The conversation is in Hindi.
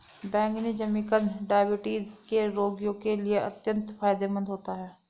बैंगनी जिमीकंद डायबिटीज के रोगियों के लिए अत्यंत फायदेमंद होता है